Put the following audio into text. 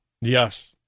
yes